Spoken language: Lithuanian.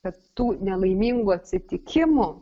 kad tų nelaimingų atsitikimų